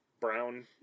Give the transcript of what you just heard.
brown